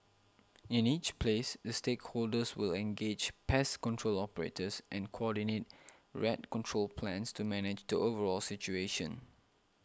in each place the stakeholders will engage pest control operators and coordinate rat control plans to manage the overall situation